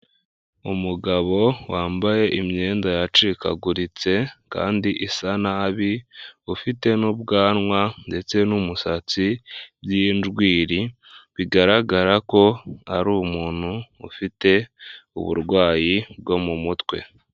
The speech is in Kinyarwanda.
Umugabo wambaye imyenda yacikaguritse kandi isa nabi ufite n'ubwanwa ndetse n'umusatsi by'njwiri, bigaragara ko ari umuntu ufite uburwayi bwo mu mutwe.